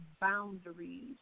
boundaries